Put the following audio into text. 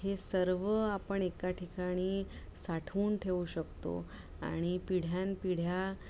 हे सर्व आपण एका ठिकाणी साठवून ठेवू शकतो आणि पिढ्यान पिढ्या